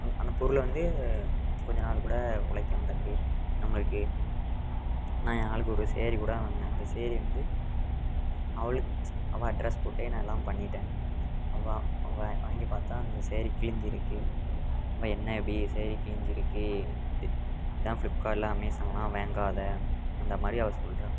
அந்த அந்த பொருளை வந்து கொஞ்சம் நாள் கூட உழைக்க மாட்டேங்குது நம்மளுக்கு நான் என் ஆளுக்கு ஒரு ஸேரீ கூட வாங்கினேன் அந்த ஸேரீ வந்து அவளுக்கு அவள் அட்ரெஸ் போட்டே நான் எல்லாம் பண்ணிவிட்டேன் அவள் அவள் வாங்கி பார்த்தா அந்த ஸேரீ கிழிஞ்சிருக்கு மாமா என்ன இப்படி ஸேரீ கிழிஞ்சிருக்கு இதான் ஃப்ளிப்கார்ட்லாம் அமேஸான்லாம் வாங்காத அந்தமாதிரி அவள் சொல்கிறா